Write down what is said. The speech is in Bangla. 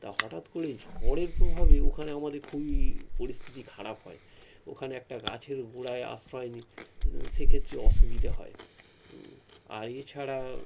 তা হঠাৎ করে ঝড়ের প্রভাবে ওখানে আমাদের খুবই পরিস্থিতি খারাপ হয় ওখানে একটা গাছের গোড়ায় আশ্রয় নি সেক্ষেত্রে অসুবিধে হয় আর এছাড়া